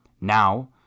Now